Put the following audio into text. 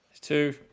Two